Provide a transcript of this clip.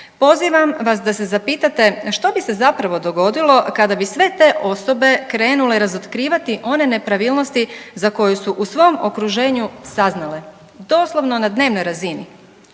pozivam vas da se zapitate što bi se zapravo dogodilo kada bi sve te osobe krenule razotkrivati one nepravilnosti za koje su u svom okruženju saznale doslovno na dnevnoj razini.